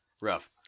Rough